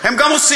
הם גם עושים,